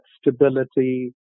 stability